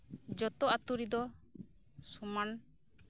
ᱡᱷᱚᱛᱚ ᱟᱛᱳ ᱨᱮᱫᱚ ᱥᱚᱢᱟᱱ